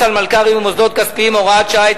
על מלכ"רים ומוסדות כספיים) (הוראת שעה),